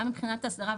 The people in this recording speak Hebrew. גם מבחינת הסדרה,